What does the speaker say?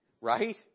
right